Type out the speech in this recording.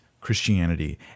Christianity